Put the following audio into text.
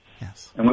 Yes